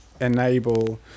enable